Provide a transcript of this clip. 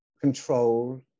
control